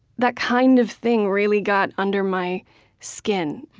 that kind of thing really got under my skin,